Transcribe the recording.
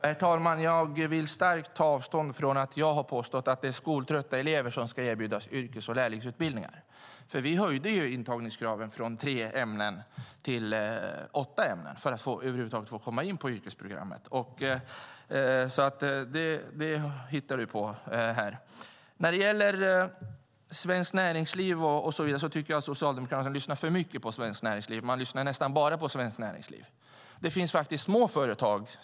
Herr talman! Jag vill starkt ta avstånd från att jag skulle ha påstått att det är skoltrötta elever som ska erbjudas yrkes och lärlingsutbildningar. Vi höjde ju intagningskraven från tre ämnen till åtta ämnen för att man över huvud taget skulle få komma in på yrkesprogrammet. Så detta hittar du på här. När det gäller Svenskt Näringsliv och så vidare tycker jag att Socialdemokraterna lyssnar för mycket på Svenskt Näringsliv. Man lyssnar nästan bara på Svenskt Näringsliv. Det finns faktiskt små företag.